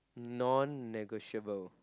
non negotiable